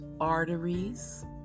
arteries